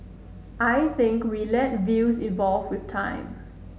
I think we let views evolve with time